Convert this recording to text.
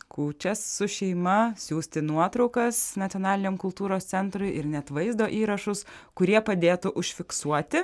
kūčias su šeima siųsti nuotraukas nacionaliniam kultūros centrui ir net vaizdo įrašus kurie padėtų užfiksuoti